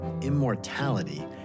Immortality